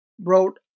wrote